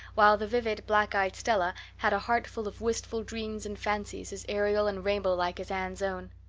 while the vivid, black-eyed stella had a heartful of wistful dreams and fancies, as aerial and rainbow-like as anne's own.